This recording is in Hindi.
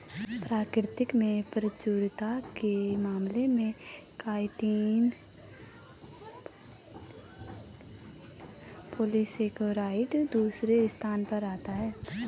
प्रकृति में प्रचुरता के मामले में काइटिन पॉलीसेकेराइड दूसरे स्थान पर आता है